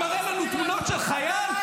ומראה לנו תמונות של חייל?